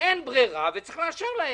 אין ברירה וצריך לאשר להן.